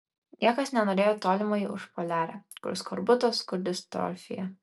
niekas nenorėjo į tolimąją užpoliarę kur skorbutas kur distrofija